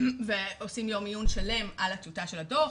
ועושים יום עיון שלם על הטיוטה של הדו"ח,